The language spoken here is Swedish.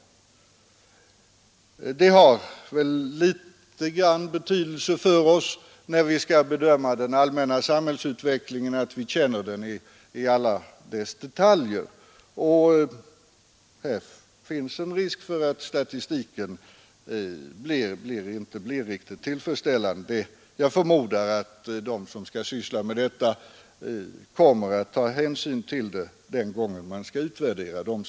Det har väl en viss betydelse för oss, när vi skall bedöma den allmänna samhällsutvecklingen, att vi känner den i alla dess detaljer. Här finns emellertid risk för att statistiken inte blir riktigt tillfredsställande. Jag förmodar att de som sysslar med detta kommer att ta hänsyn till det den gången siffrorna skall utvärderas.